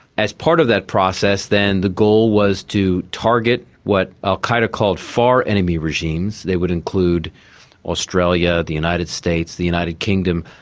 as part of that process then the goal was to target what al qaeda called far enemy regimes. they would include australia, the united states, the united kingdom,